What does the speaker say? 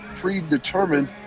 predetermined